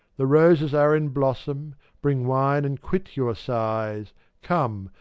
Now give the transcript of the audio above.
the roses are in blossom bring wine and quit your sighs come,